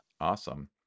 Awesome